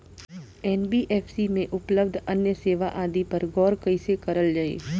NBFC में उपलब्ध अन्य सेवा आदि पर गौर कइसे करल जाइ?